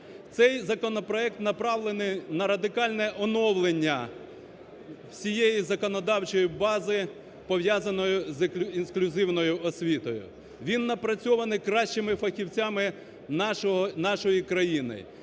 Цей законопроект направлений на радикальне оновлення всієї законодавчої бази, пов'язаної з інклюзивною освітою. Він напрацьований кращими фахівцями нашої країни,